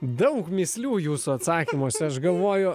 daug mįslių jūsų atsakymuose aš galvoju